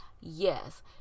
Yes